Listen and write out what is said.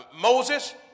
Moses